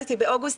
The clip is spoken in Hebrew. כשילדתי באוגוסט,